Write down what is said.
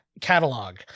catalog